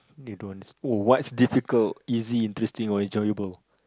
they don't oh what's difficult easy interesting or enjoyable